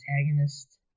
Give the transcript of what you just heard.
antagonist